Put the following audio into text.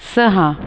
सहा